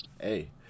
Hey